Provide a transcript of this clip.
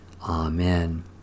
Amen